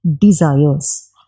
desires